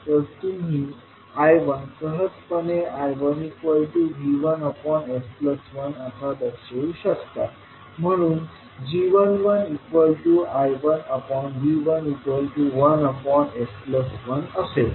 तर तुम्ही I1 सहजपणे I1V1s1 असा दर्शवू शकता म्हणून g11I1V11s1 असेल